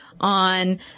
on